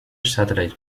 satellite